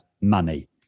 money